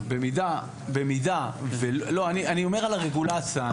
לא, אני אומר על הרגולציה.